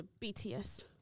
BTS